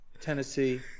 Tennessee